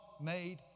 made